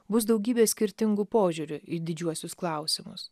bus daugybė skirtingų požiūrių į didžiuosius klausimus